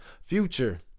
Future